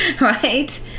Right